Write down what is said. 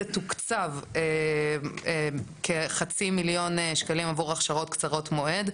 זה תוקצב בכחצי מיליון שקלים עבור הכשרות קצרות מועד,